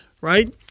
right